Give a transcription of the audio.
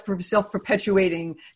self-perpetuating